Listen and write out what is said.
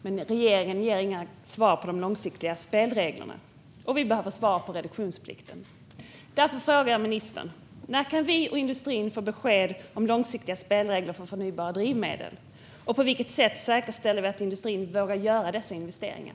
Men regeringen ger inga svar på de långsiktiga spelreglerna. Vi behöver få svar när det gäller reduktionsplikten. Därför frågar jag ministern: När kan vi och industrin få besked om långsiktiga spelregler för förnybara drivmedel, och på vilket sätt säkerställer vi att industrin vågar göra dessa investeringar?